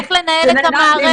איך לנהל את המערכת.